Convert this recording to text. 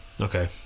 Okay